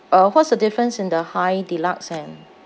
uh what's the difference in the high deluxe and